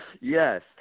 Yes